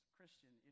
Christian